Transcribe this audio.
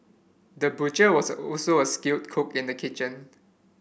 the butcher was also a skilled cook in the kitchen